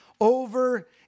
over